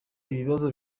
ibibazo